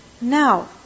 Now